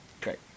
Great